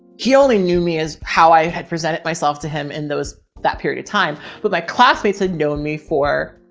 he only knew me as how i had presented myself to him in those, that period of time. but my classmates had known me for,